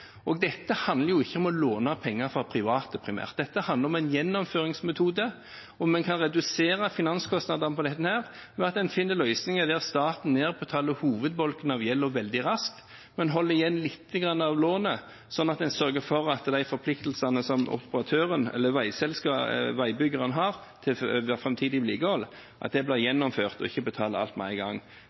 system. Dette handler ikke om å låne penger primært fra private. Dette handler om en gjennomføringsmetode, og vi kan redusere finanskostnadene på denne måten, og man finner løsninger der staten nedbetaler hovedbolken av gjelden veldig raskt, men holder igjen litt av lånet, slik at man sørger for at de forpliktelsene som operatøren eller veibyggeren har ved framtidig vedlikehold, blir gjennomført, og at man ikke betaler alt med én gang.